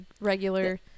Regular